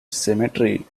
cemetery